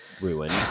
ruined